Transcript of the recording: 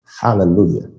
Hallelujah